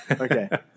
okay